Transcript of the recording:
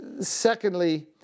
Secondly